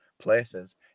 places